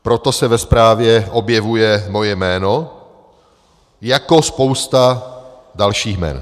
Proto se ve zprávě objevuje moje jméno jako spousta dalších jmen.